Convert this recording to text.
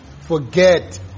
Forget